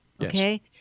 Okay